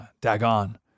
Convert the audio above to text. Dagon